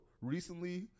recently